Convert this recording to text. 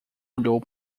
olhou